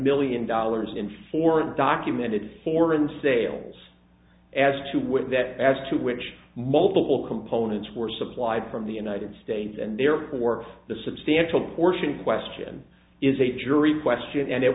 million dollars in four documented foreign sales as to with that as to which multiple components were supplied from the united states and therefore the substantial portion question is a jury question and it